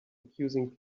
accusing